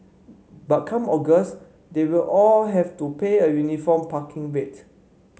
but come August they will all have to pay a uniform parking rate